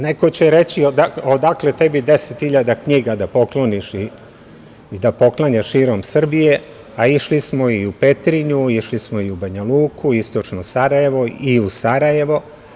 Neko će reći - odakle tebi 10 hiljada knjiga da pokloniš i da poklanjaš širom Srbije, a išli smo i u Petrinju, išli smo i u Banja Luku, istočno Sarajevo, i u Sarajevo.